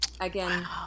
again